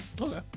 Okay